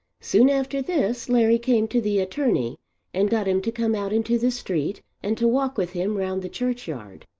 soon after this larry came to the attorney and got him to come out into the street and to walk with him round the churchyard.